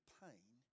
pain